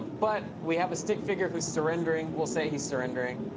but we have a stick figure who's surrendering. we'll say he's surrendering.